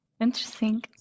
interesting